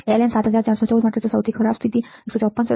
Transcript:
LM7414 માટે સૌથી ખરાબ સ્થિતિ 154 સે